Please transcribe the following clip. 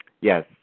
yes